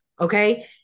okay